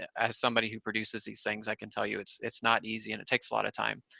as somebody who produces these things, i can tell you, it's it's not easy, and it takes a lot of time.